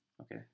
okay